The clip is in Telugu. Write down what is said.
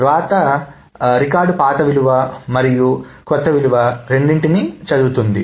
వ్రాత రికార్డు పాత విలువ మరియు క్రొత్త విలువ రెండింటినీ చదువుతుంది